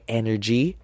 energy